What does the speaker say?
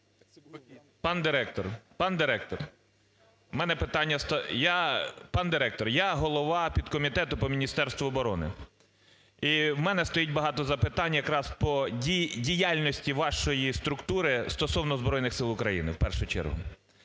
пан директор… Я голова підкомітету по Міністерству оборони і у мене стоїть багато запитань якраз по діяльності вашої структури стосовно Збройних Сил України, в першу чергу.